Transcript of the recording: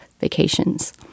vacations